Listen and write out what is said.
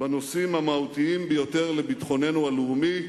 בנושאים המהותיים ביותר לביטחוננו הלאומי,